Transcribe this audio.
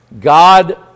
God